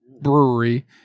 brewery